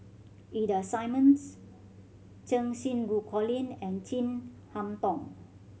Ida Simmons Cheng Xinru Colin and Chin Harn Tong